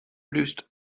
produced